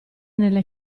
nelle